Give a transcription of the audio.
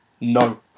No